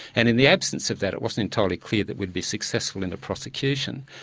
and in the absence of that, it wasn't entirely clear that we'd be successful in the prosecution.